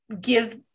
give